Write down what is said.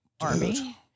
army